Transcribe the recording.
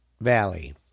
Valley